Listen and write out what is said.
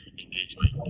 engagement